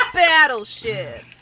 battleship